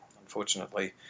unfortunately